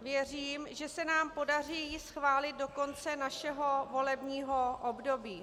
Věřím, že se nám ji podaří schválit do konce našeho volebního období.